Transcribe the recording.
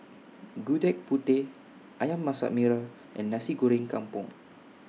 Gudeg Putih Ayam Masak Merah and Nasi Goreng Kampung